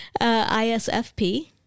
ISFP